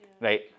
Right